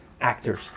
actors